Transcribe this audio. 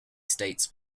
states